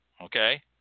Okay